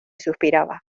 suspiraba